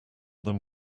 them